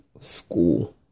school